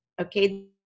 Okay